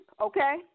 okay